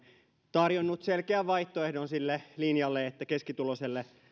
tarjonnut selkeän vaihtoehdon sille linjalle että keskituloiselle